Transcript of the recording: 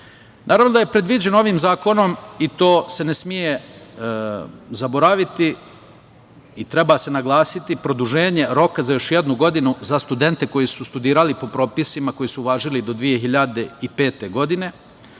napred. Naravno da je predviđeno ovim zakonom, i to se ne sme zaboraviti i treba se naglasiti, produženje roka za još jednu godinu za studente koji su studirali po propisima koji su važili do 2005. godine.